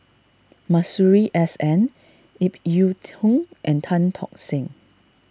Masuri S N Ip Yiu Tung and Tan Tock Seng